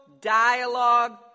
dialogue